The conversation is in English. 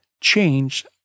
change